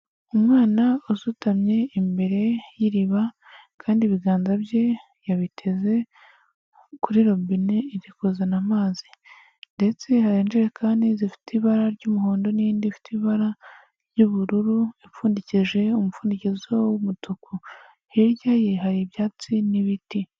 Umwana usutamye imbere y'iriba kandi ibiganza bye yabiteze kuri robine iri kuzana amazi ndetse hari ijerekani zifite ibara ry'umuhondo n'indi ifite ibara ry'ubururu, yapfundikishije umupfundikizo w'umutuku, hirya ye hari ibyatsi n'ibiti.